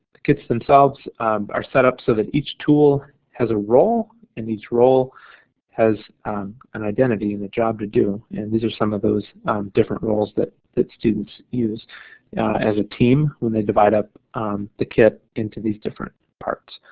kits themselves are set up so that each tool has a role and each role has an identity and a job to do and these are some of those different roles that that students use as a team when they divide up the kit into these different parts,